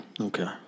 Okay